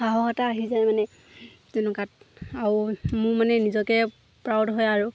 সাহস এটা আহি যায় মানে তেনেকুৱাত আৰু মোৰ মানে নিজকে প্ৰাউড হয় আৰু